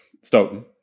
Stoughton